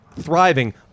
thriving